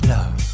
Love